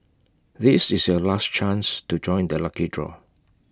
this is your last chance to join the lucky draw